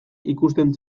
ikusten